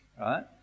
Right